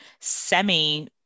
semi